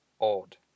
odd